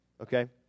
okay